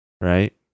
right